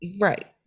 right